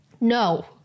No